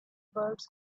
birds